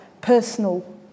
personal